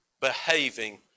behaving